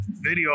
video